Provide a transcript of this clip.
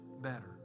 better